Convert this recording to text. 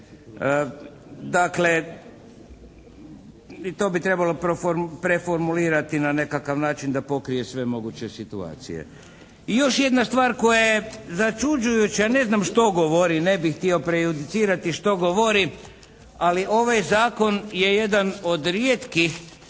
Dakle to bi trebalo preformulirati na nekakav način da pokrije sve moguće situacije. I još jedna stvar koja je začuđujuća a ne znam što govori. Ne bih htio prejudicirati što govori? Ali ovaj zakon je jedan od rijetkih